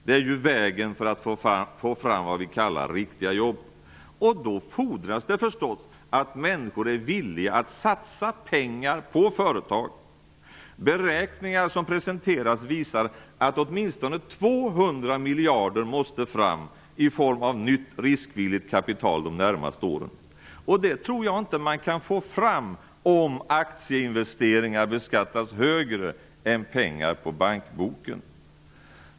Det är ju vägen för att få fram det som vi kallar för riktiga jobb. Då fordras det förstås att människor är villiga att satsa pengar på företag. Presenterade beräkningar visar att åtminstone 200 miljarder måste fram i form av nytt riskvilligt kapital under de närmaste åren. Det tror jag inte man kan få fram om aktieinvesteringar beskattas högre än pengar på bankboken.